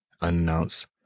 unannounced